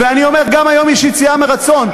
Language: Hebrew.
ואני אומר, גם היום יש יציאה מרצון.